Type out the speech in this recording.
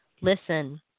listen